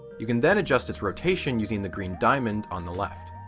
you can then adjust its rotation using the green diamond on the left.